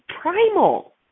primal